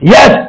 Yes